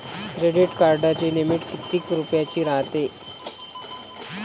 Credit कार्डाची limit कितीक रुपयाची रायते?